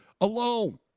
alone